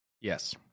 Yes